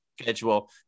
schedule